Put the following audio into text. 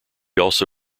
also